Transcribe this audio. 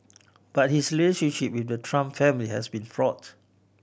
but his relationship with the Trump family has been fraught